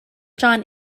john